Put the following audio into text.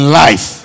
life